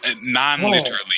Non-literally